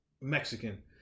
Mexican